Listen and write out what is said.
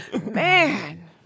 Man